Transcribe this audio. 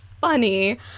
funny